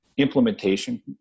implementation